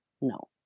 No